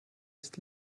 ist